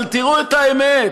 אבל תראו את האמת,